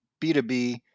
B2B